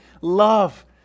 love